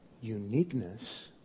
uniqueness